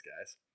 Guys